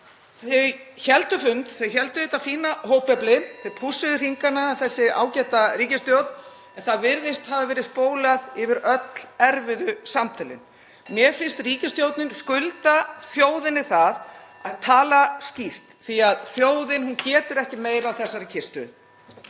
Þau héldu fund. Þau héldu þetta fína hópefli. Þau pússuðu hringana, þessi ágæta ríkisstjórn, en það virðist hafa verið spólað yfir öll erfiðu samtölin. (Forseti hringir.) Mér finnst ríkisstjórnin skulda þjóðinni það að tala skýrt því að þjóðin getur ekki meira af þessari kyrrstöðu.